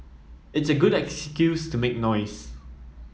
it's a good excuse to make noise